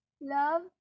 Love